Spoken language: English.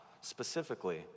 specifically